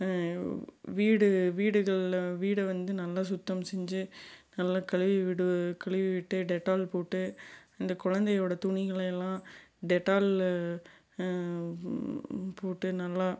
வீடு வீடுகளில் வீடு வந்து நல்லா சுத்தம் செஞ்சு நல்லா கழுவி விடு கழுவி விட்டு டெட்டால் போட்டு அந்த குழந்தையோட துணிகளையெல்லாம் டெட்டால்லு போட்டு நல்லா